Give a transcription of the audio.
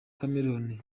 cameroon